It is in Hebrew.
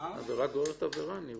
עבירה גוררת עבירה אני רואה.